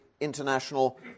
international